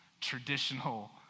traditional